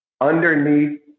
underneath